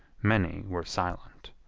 many were silent.